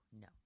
no